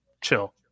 chill